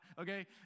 okay